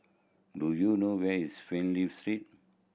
do you know where is Fernvale Street